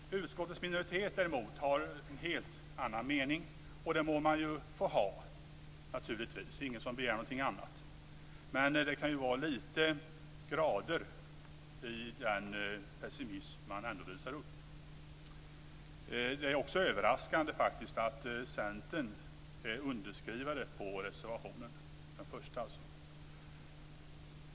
Utskottets minoritet däremot har en helt annan mening. Det må man ju få ha, det är ingen som begär något annat. Men det kan ju vara grader i den pessimism man ändå visar upp. Det är också överraskande att Centern är underskrivare av reservation 1.